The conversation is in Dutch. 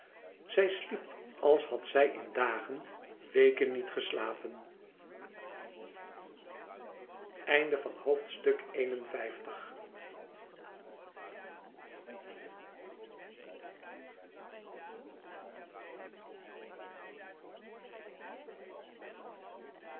zij sliep als had zij in dagen in weken niet geslapen